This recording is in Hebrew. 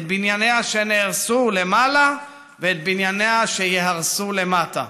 את בנייניה שנהרסו למעלה ואת בנייניה שייהרסו למטה.